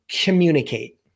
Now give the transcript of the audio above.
communicate